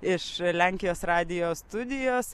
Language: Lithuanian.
iš lenkijos radijo studijos